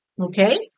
Okay